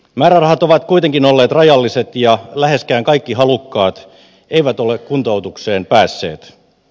määrärahat ovat kuitenkin olleet rajalliset ja läheskään kaikki halukkaat eivät ole kuntoutukseen päässeet